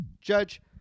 Judge